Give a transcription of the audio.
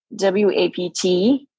WAPT